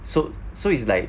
so so it's like